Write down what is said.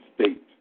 state